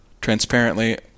transparently